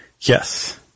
Yes